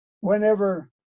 whenever